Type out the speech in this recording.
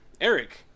Eric